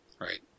Right